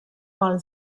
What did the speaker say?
mal